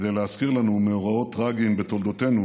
כדי להזכיר לנו מאורעות טרגיים בתולדותינו